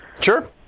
Sure